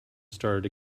started